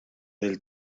del